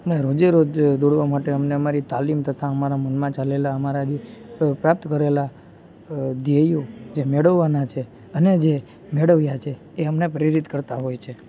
ને રોજેરોજ દોડવા માટે અમને અમારી તાલીમ તથા અમારા મનમાં ચાલેલા અમારા પ્રાપ્ત કરેલા ધ્યેયો જે મેળવવાના છે અને જે મેળવ્યા છે એ અમને પ્રેરિત કરતા હોય છે